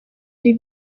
ari